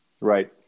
Right